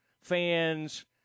fans